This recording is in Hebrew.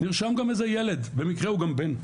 נרשם גם איזה ילד, במקרה הוא גם בן,